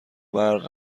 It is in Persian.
برق